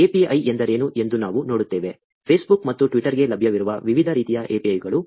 API ಎಂದರೇನು ಎಂದು ನಾವು ನೋಡುತ್ತೇವೆ Facebook ಮತ್ತು Twitter ಗೆ ಲಭ್ಯವಿರುವ ವಿವಿಧ ರೀತಿಯ APIಗಳು